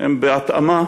הן בהתאמה,